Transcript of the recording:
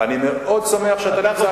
אני מאוד שמח שאתה נמצא כאן.